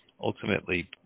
ultimately